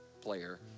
player